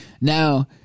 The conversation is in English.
Now